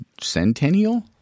centennial